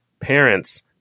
parents